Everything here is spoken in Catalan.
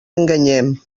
enganyem